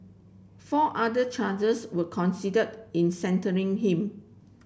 four other charges were considered in sentencing him